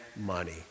money